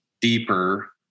deeper